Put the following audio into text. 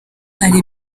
hari